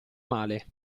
male